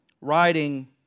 writing